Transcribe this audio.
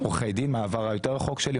עורכי דין מהעבר היותר רחוק שלי,